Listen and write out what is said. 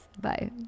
bye